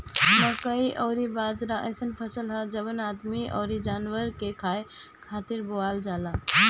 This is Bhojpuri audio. मकई अउरी बाजरा अइसन फसल हअ जवन आदमी अउरी जानवर के खाए खातिर बोअल जाला